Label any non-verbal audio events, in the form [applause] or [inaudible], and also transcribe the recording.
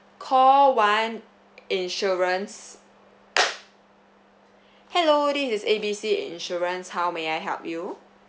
call one insurance [noise] hello this is A B C insurance how may I help you